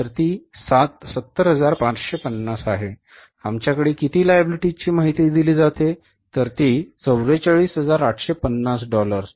ते 70550 आहे आमच्याकडे किती liabilities ची माहिती दिली जाते तर ती 44850 डॉलर्स